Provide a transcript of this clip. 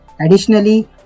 Additionally